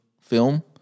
film